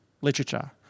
literature